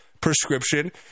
prescription